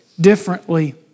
differently